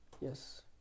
Yes